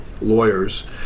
lawyers